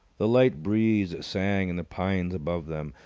the light breeze sang in the pines above them.